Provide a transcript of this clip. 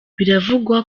biravugwa